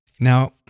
Now